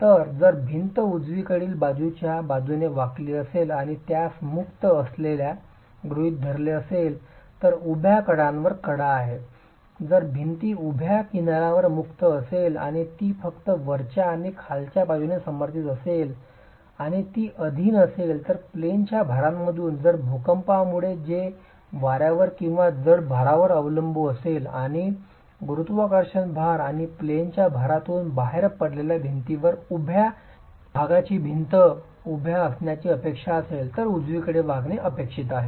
तर जर भिंत उजवीकडील बाजूच्या बाजूने वाकली असेल आणि त्यास मुक्त असल्याचे गृहित धरले असेल तर उभ्या कडांवर कडा आहे जर भिंती उभ्या किनारांवर मुक्त असेल आणि ती फक्त वरच्या आणि खालच्या बाजूने समर्थित असेल आणि ती अधीन असेल तर प्लेनच्या भारांमधून जर भूकंपामुळे ते वाऱ्यावर किंवा जड भारांवर अवलंबून असेल आणि गुरुत्वाकर्षण भार आणि प्लेनच्या भारातून बाहेर पडलेल्या भिंतीवर उभ्या भागाची भिंत उभ्या असण्याची अपेक्षा असेल तर उजवीकडे वाकणे असेल